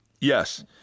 Yes